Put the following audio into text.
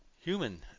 human